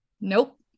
nope